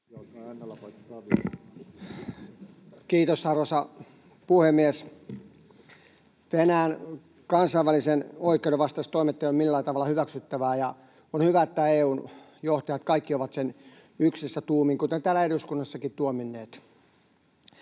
Kiitos, arvoisa puhemies! Venäjän kansainvälisen oikeuden vastaiset toimet eivät ole millään tavalla hyväksyttäviä, ja on hyvä, että EU:n johtajat kaikki ovat sen yksissä tuumin tuominneet, kuten täällä eduskuntakin.